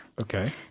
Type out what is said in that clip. Okay